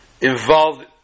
Involved